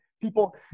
People